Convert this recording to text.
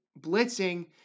blitzing